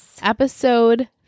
Episode